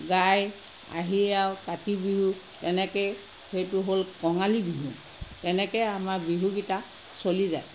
গাই আহি আৰু কাতি বিহু তেনেকৈয়ে সেইটো হ'ল কঙালী বিহু তেনেকৈ আমাৰ বিহুকেইটা চলি যায়